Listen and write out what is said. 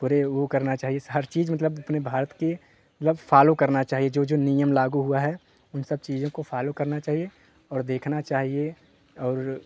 पूरे वह करना चाहिए हर चीज़ मतलब अपने भारत के मतलब फॉलो करना चाहिए जो जो नियम लागू हुआ है उन सब चीज़ों को फॉलो करना चाहिए और देखना चाहिए और